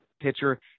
pitcher